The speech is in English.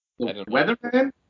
Weatherman